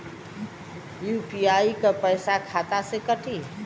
UPI क पैसा खाता से कटी?